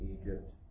Egypt